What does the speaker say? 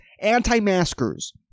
anti-maskers